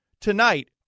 tonight